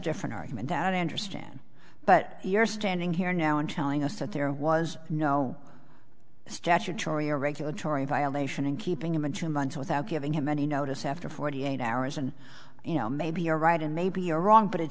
different argument that enter stan but you're standing here now and telling us that there was no statutory or regulatory violation in keeping him in two months without giving him any notice after forty eight hours and you know maybe you're right and maybe you're wrong but it